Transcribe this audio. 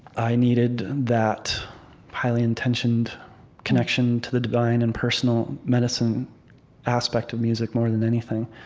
i needed that highly intentioned connection to the divine and personal medicine aspect of music more than anything.